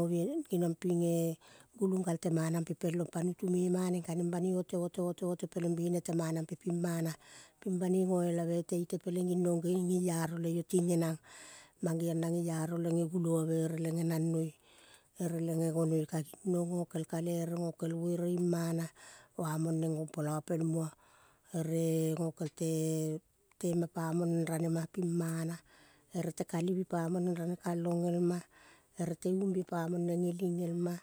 ah. geniong ping eh. Gulo, kal temanan pepel long pa nutu me maneng kaneng banoi otete peleng bene te mana pe ping mana ping banoi goelave ite ite peleng ginong deiaro le iyo ting genang mang geong na geiaro le gelioave ere le genang noi ere le gege goi, ka ging non gokel kale ere gokel buere ing mana yamong neng gom polo pel muo ere gokel tema pa mong neng ranema ping mana, ere te lalivi pa mong neng rane kalong el ma, ere te umbie pamong neng geling elma.